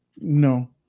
no